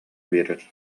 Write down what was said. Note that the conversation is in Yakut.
биэрэр